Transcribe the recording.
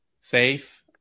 Safe